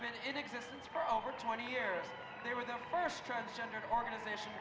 been in existence for over twenty years they were the first transgendered organization